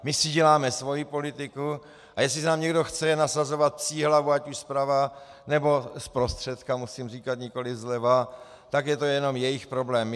My si děláme svoji politiku, a jestli nám někdo chce nasazovat psí hlavu, ať už zprava, nebo zprostředka musím říkat, nikoli zleva, tak je to jenom jejich problém.